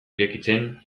irekitzen